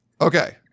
Okay